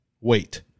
wait